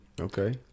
Okay